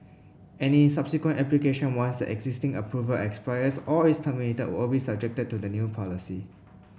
any subsequent application once existing approval expires or is terminated will be subjected to the new policy